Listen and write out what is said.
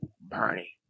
Bernie